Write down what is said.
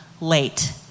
late